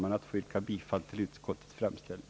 Jag ber att få yrka bifall till utskottets framställning.